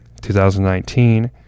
2019